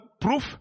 proof